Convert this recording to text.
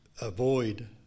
avoid